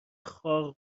خارق